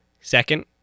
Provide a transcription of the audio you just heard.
second